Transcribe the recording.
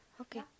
okay